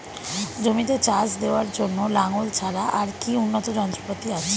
জমিতে চাষ দেওয়ার জন্য লাঙ্গল ছাড়া আর কি উন্নত যন্ত্রপাতি আছে?